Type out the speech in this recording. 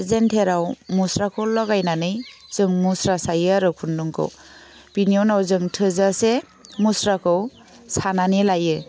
जेन्थेराव मुस्राखौ लगायनानै जों मुस्रा सायो आरो खुन्दुंखौ बिनि उनाव जों थोजासे मुस्राखौ सााानानै लायो